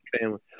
family